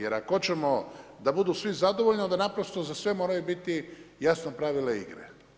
Jer ako hoćemo da budu svi zadovoljni, onda naprosto za sve moraju biti jasno pravila igre.